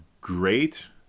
great